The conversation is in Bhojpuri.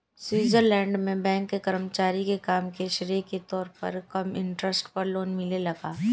स्वीट्जरलैंड में बैंक के कर्मचारी के काम के श्रेय के तौर पर कम इंटरेस्ट पर लोन मिलेला का?